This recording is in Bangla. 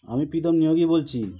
আমি প্রীতম নিয়োগী বলছি